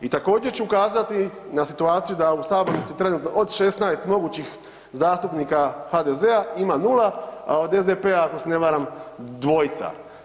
I također ću ukazati na situaciju da u sabornici trenutno od 16 mogućih zastupnika HDZ-a ima 0, a od SDP-a, ako se ne varam, dvojica.